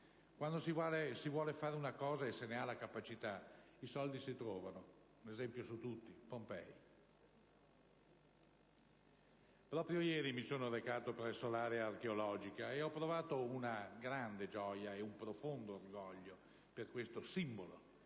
Quando si vuol fare una cosa e se ne ha la capacità, i soldi si trovano. Un esempio su tutti, Pompei. Proprio ieri mi sono recato presso l'area archeologica e ho provato una grande gioia e un profondo orgoglio per questo simbolo